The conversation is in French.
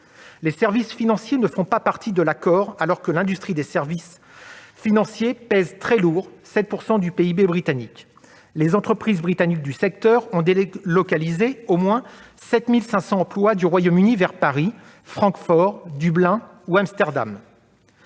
Les services financiers ne font pas partie de l'accord alors que l'industrie des services financiers pèse très lourd : elle représente 7 % du PIB britannique. Les entreprises britanniques du secteur ont délocalisé au moins 7 500 emplois du Royaume-Uni vers Paris, Francfort, Dublin ou Amsterdam.